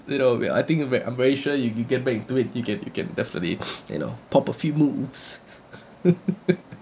you know when I think it back I'm very sure you you get back and do it D_J you can definitely you know pop a few moves